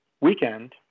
weekend